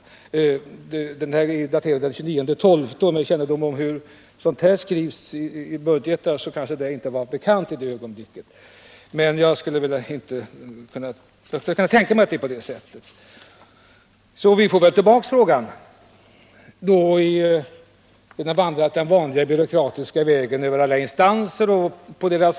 Promemorian är daterad den 29 december 1978, och med kännedom om hur och när budgetar skrivs kan man anta att promemorian inte var bekant i det ögonblicket. Vi får förmodligen tillbaka frågan, när den har vandrat den långa byråkratiska vägen över alla instanser.